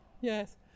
yes